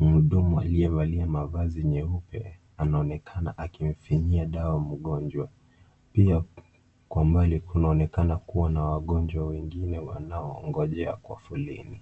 Mhudumu aliyevalia mavazi nyeupe anaonekana akimfinyia dawa mgonjwa. Pia kwa mbali kunaonekana kuwa na wagonjwa wengine wanaongojea kwa foleni.